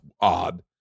odd